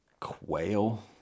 quail